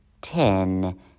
ten